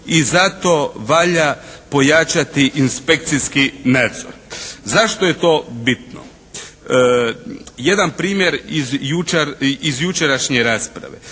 i zato valja pojačati inspekcijski nadzor. Zašto je to bitno? Jedan primjer iz jučerašnje rasprave.